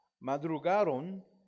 madrugaron